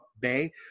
Bay